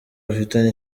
bafitiye